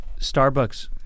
Starbucks